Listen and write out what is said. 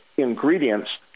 ingredients